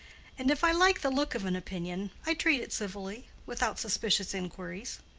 and if i like the look of an opinion, i treat it civilly, without suspicious inquiries.